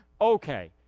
Okay